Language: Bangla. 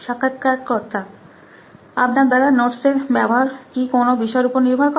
সাক্ষাৎকারকর্তাআপনার দ্বারা নোটস এর ব্যবহার কি কোনো বিষয়ের উপর নির্ভর করে